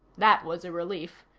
that was a relief.